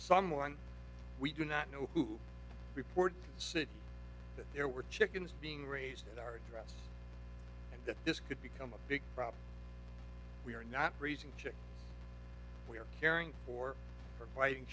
someone we do not know who reports say that there were chickens being raised at our address and that this could become a big problem we are not raising we are caring or